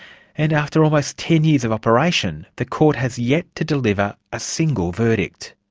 and after almost ten years of operation, the court has yet to deliver a single verdict.